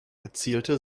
erzielte